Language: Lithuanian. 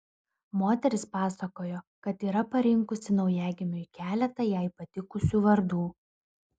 moteris pasakojo kad yra parinkusi naujagimiui keletą jai patikusių vardų